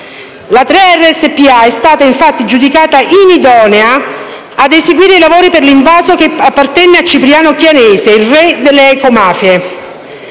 SpA è stata, infatti, giudicata inidonea ad eseguire i lavori per l'invaso che appartenne a Cipriano Chianese, il re delle ecomafie.